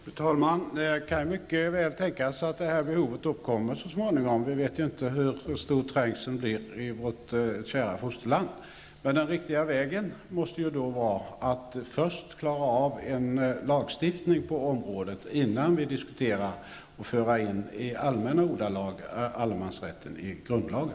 Fru talman! Det kan mycket väl tänkas att behovet uppkommer så småningom. Vi vet inte hur stor trängseln kommer att bli i vårt kära fosterland. Men den riktiga vägen måste vara att först klara av en lagstiftning på området innan vi diskuterar att föra in allemansrätten i allmänna ordalag i grundlagen.